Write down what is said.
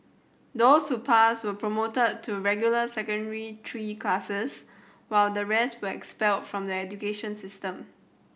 those who passed were promoted to regular Secondary Three classes while the rest were expelled from the education system